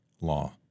law